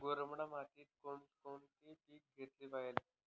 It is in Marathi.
मुरमाड मातीत कोणकोणते पीक घेतले पाहिजे?